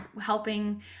helping